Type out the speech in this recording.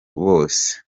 bose